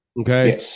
Okay